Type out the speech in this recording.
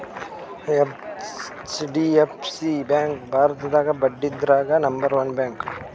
HDFC bank ಭಾರತದಾಗೇ ಬಡ್ಡಿದ್ರದಾಗ್ number one bank ಅದ